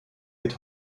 wird